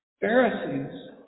Pharisees